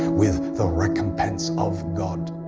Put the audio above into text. with the recompense of god.